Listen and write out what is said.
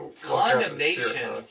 Condemnation